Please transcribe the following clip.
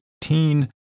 18